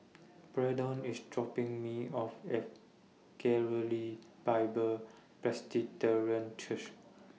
Braedon IS dropping Me off At Galilee Bible Church